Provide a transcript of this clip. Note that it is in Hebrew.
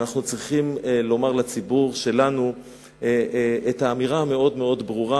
אנחנו צריכים לומר לציבור שלנו את האמירה המאוד-מאוד ברורה